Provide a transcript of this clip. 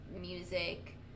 music